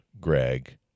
Greg